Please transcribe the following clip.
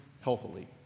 healthily